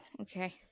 okay